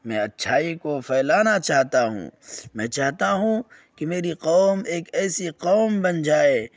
میں اچھائی کو پھیلانا چاہتا ہوں میں چاہتا ہوں کہ میری قوم ایک ایسی قوم بن جائے